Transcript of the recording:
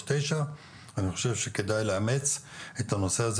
זה הנושא של הדיון